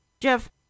Jeff